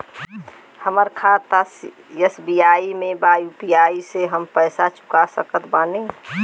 हमारा खाता एस.बी.आई में बा यू.पी.आई से हम पैसा चुका सकत बानी?